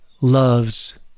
loves